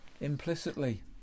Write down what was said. Implicitly